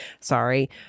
Sorry